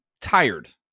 tired